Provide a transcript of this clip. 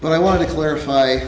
but i want to clarify